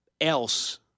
else